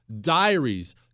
diaries